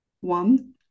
one